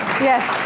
yes,